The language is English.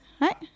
Right